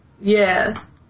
Yes